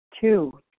Two